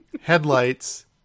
headlights